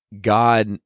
God